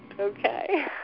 Okay